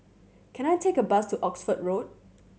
can I take a bus to Oxford Road